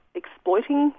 exploiting